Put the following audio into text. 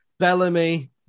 Bellamy